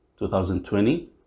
2020